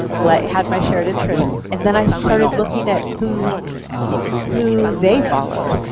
ah like have my shared interests. and then i started looking at who who they followed,